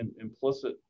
implicit